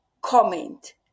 comment